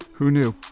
who knew?